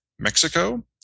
Mexico